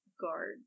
guard